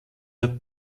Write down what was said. der